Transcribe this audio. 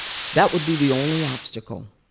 that would be the only obstacle.